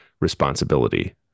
responsibility